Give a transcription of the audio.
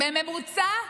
בממוצע,